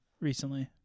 recently